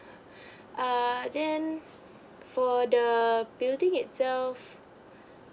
err then for the building itself